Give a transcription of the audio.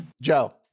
Joe